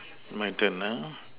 my turn uh